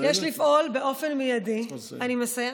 יש לפעול באופן מיידי, את מסיימת?